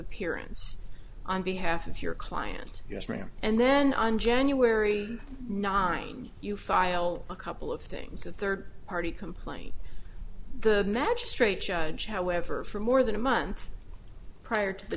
appearance on behalf of your client yes ma'am and then on january ninth you file a couple of things a third party complaint the magistrate judge however for more than a month prior to the